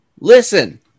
Listen